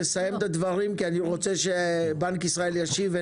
סיים את הדברים כי אני רוצה שבנק ישראל ישיב.